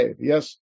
Yes